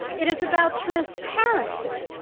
it is about transparency.